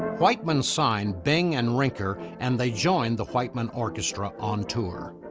whiteman signed bing and rinker and they joined the whiteman orchestra on tour.